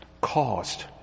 caused